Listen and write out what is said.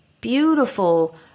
Beautiful